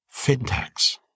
FinTechs